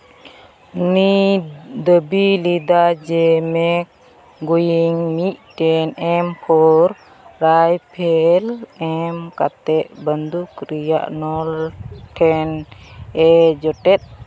ᱩᱱᱤ ᱫᱟᱹᱵᱤ ᱞᱮᱫᱟᱭ ᱡᱮ ᱢᱮᱜᱽ ᱜᱳᱭᱤᱝ ᱢᱤᱫᱴᱮᱱ ᱮᱢ ᱯᱷᱳᱨ ᱨᱟᱭ ᱯᱷᱮᱹᱞ ᱮᱢ ᱠᱟᱛᱮᱫ ᱵᱟᱱᱫᱩᱠ ᱨᱮᱭᱟᱜ ᱱᱚᱞ ᱴᱷᱮᱱᱼᱮ ᱡᱚᱴᱮᱫ